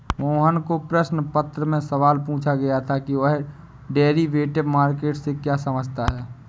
मोहन को प्रश्न पत्र में सवाल पूछा गया था कि वह डेरिवेटिव मार्केट से क्या समझता है?